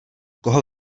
koho